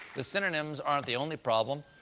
the synonyms aren't the only problem.